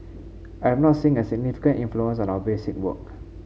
I have not seen a significant influence on our basic work